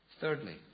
Thirdly